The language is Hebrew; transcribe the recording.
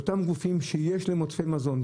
צריכה לצאת קריאה לאותם גופים שיש להם עודפי מזון,